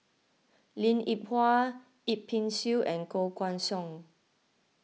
Linn in Hua Yip Pin Xiu and Koh Guan Song